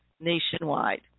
nationwide